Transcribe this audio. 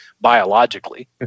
biologically